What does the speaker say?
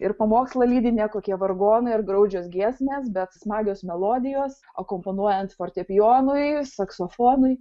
ir pamokslą lydi ne kokie vargonai ar graudžios giesmės bet smagios melodijos akompanuojant fortepijonui saksofonui